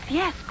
yes